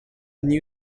new